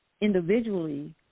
individually